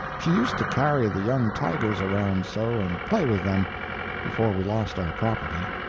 she used to carry the young tigers around so, and play with them before we lost our property,